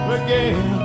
again